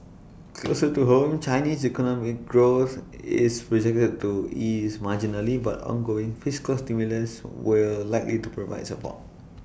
closer to home China's economic growth is projected to ease marginally but ongoing fiscal stimulus will likely to provide support